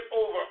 over